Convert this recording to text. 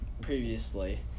previously